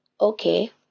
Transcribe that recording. Okay